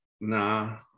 Nah